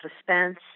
suspense